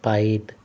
Pyth